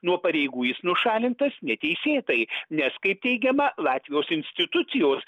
nuo pareigų jis nušalintas neteisėtai nes kaip teigiama latvijos institucijos